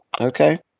okay